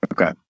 okay